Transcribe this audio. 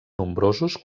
nombrosos